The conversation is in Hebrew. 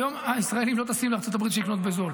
היום הישראלים לא טסים לארצות הברית בשביל לקנות בזול,